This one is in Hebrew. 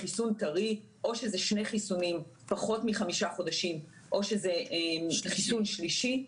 בחיסון טרי או שאלו שני חיסונים פחות מחמישה חודשים או שזה חיסון שלישי,